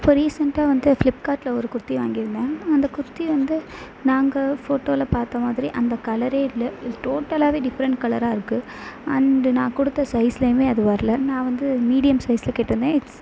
இப்போ ரீசெண்டாக வந்து ஃப்ளிப்கார்ட்டில் ஒரு குர்த்தி வாங்கியிருந்தேன் அந்த குர்த்தி வந்து நாங்கள் ஃபோட்டோவில் பார்த்த மாதிரி அந்த கலரே இல்லை இது டோட்டலாகவே டிஃப்ரெண்ட் கலராக இருக்கு அண்டு நான் கொடுத்த சைஸ்லேயுமே அது வரல நான் வந்து மீடியம் சைஸில் கேட்டிருந்தேன் இட்ஸ்